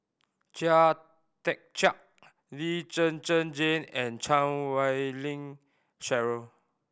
Chia Tee Chiak Lee Zhen Zhen Jane and Chan Wei Ling Cheryl